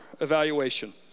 evaluation